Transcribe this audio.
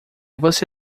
você